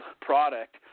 product